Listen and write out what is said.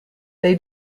they